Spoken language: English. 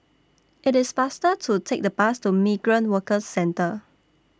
IT IS faster to Take The Bus to Migrant Workers Centre